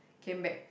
came back